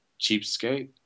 cheapskate